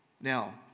Now